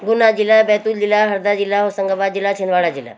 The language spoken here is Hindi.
गुना जिला बैतूल जिला हरदा जिला होशंगाबाद जिला छिंदवाड़ा जिला